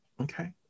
okay